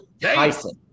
Tyson